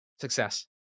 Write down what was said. Success